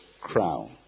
crown